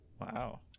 wow